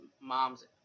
mom's